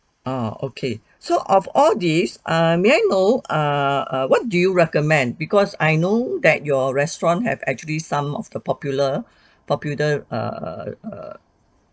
uh okay so of all this uh may I know uh uh what do you recommend because I know that your restaurant have actually some of the popular popular err